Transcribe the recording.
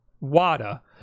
WADA